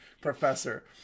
Professor